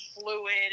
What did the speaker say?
fluid